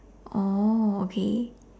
oh okay